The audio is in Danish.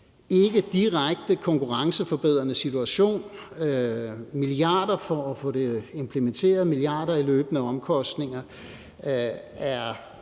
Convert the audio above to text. ikke direkte konkurrenceforbedrende situation. Milliarder for at få det implementeret, milliarder i løbende omkostninger er